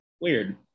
Weird